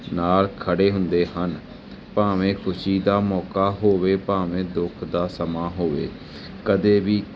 ਨਾਲ ਖੜ੍ਹੇ ਹੁੰਦੇ ਹਨ ਭਾਵੇਂ ਖੁਸ਼ੀ ਦਾ ਮੌਕਾ ਹੋਵੇ ਭਾਵੇਂ ਦੁੱਖ ਦਾ ਸਮਾਂ ਹੋਵੇ ਕਦੇ ਵੀ